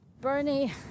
Bernie